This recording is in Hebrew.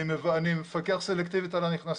אני מפקח סלקטיבית על הנכנסים.